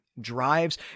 drives